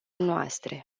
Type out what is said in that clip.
noastre